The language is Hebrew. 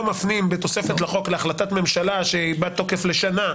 מפנים בתוספת לחוק להחלטת ממשלה שהיא בת תוקף לשנה,